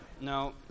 no